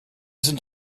sind